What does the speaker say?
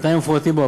בתנאים המפורטים בו.